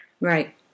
Right